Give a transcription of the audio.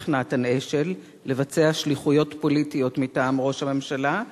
נתן אשל לבצע שליחויות פוליטיות מטעם ראש הממשלה.